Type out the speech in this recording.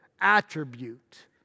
attribute